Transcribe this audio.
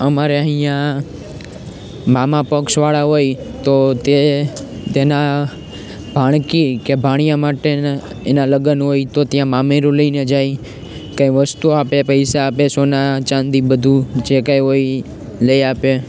અમારે અહીંયા મામા પક્ષ વાળા હોય તો તે તેના ભાણકી કે ભાણીયા માટેને એના લગન હોય તો ત્યાં મામેરું લઈને જાય કંઇ વસ્તુ આપે પૈસા આપે સોના ચાંદી બધુ જે કંઈ હોય લઈ આપે